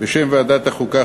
בשם ועדת החוקה,